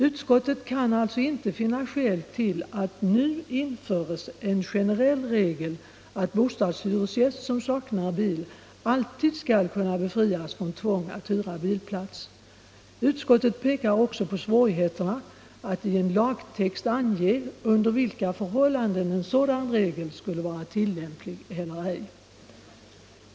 Utskottet kan alltså inte finna skäl till att det nu införes en generell regel att bostadshyresgäst, som saknar bil, alltid skall kunna befrias från tvång att hyra bilplats. Utskottet pekar också på svårigheterna att i en lagtext ange under vilka förhållanden en sådan regel skulle vara tillämplig eller ej.